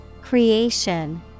Creation